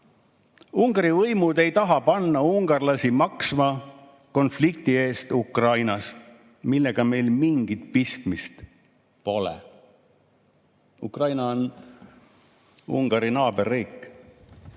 "Ungari võimud ei taha panna ungarlasi maksma konflikti eest Ukrainas, millega meil mingit pistmist pole." Ukraina on Ungari naaberriik.